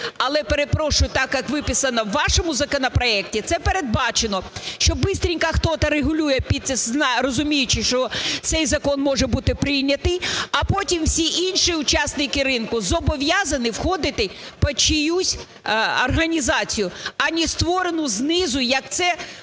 Але, перепрошую, так, як виписано у вашому законопроекті, це передбачено, що бистренько кто-то регулює.., розуміючи, що цей закон може бути прийнятий, а потім всі інші учасники ринку зобов'язані входити під чиюсь організацію, а не створену знизу, як це